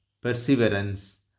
perseverance